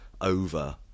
over